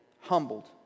humbled